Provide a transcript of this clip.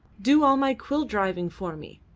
do all my quill-driving for me.